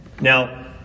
Now